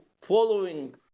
following